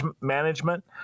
management